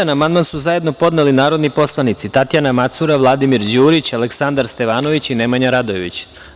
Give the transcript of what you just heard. Na član 1. amandman su zajedno podneli narodni poslanici Tatjana Macura, Vladimir Đurić, Aleksandar Stevanović i Nemanja Radojević.